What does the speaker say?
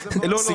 זה